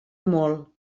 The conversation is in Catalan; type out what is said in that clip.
molt